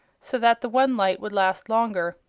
so that the one light would last longer.